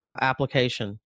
application